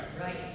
Right